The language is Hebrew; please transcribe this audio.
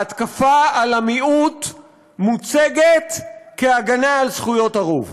ההתקפה על המיעוט מוצגת כהגנה על זכויות הרוב.